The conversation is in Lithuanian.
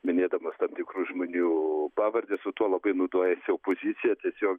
minėdamas tam tikrų žmonių pavardes o tuo labai naudojasi opozicija tiesiog